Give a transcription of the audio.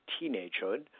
teenagehood